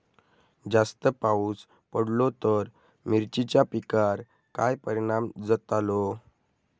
जास्त पाऊस पडलो तर मिरचीच्या पिकार काय परणाम जतालो?